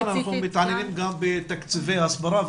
אנחנו מתעניינים גם בתקציבי ההסברה,